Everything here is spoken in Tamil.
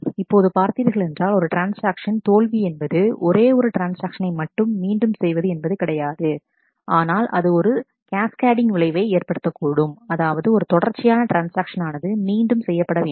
இப்போது பார்த்தீர்களென்றால் ஒரு ட்ரான்ஸ்ஆக்ஷன் தோல்வி என்பது ஒரே ஒரு ட்ரான்ஸ்ஆக்ஷனை மட்டும் மீண்டும் செய்வது என்பது கிடையாது ஆனால் அது ஒரு கேஸ்கேடிங் விளைவை ஏற்படுத்தக் கூடும் அதாவது ஒரு தொடர்ச்சியான ட்ரான்ஸ்ஆக்ஷன்யானது மீண்டும் செய்யப்படவேண்டும்